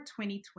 2020